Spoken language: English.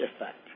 effect